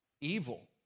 Evil